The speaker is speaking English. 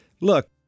look